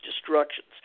destructions